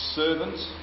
servants